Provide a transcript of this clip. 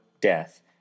death